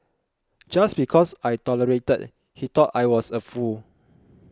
just because I tolerated he thought I was a fool